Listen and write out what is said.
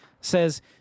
says